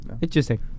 Interesting